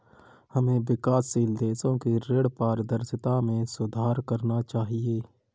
हमें विकासशील देशों की ऋण पारदर्शिता में सुधार करना चाहिए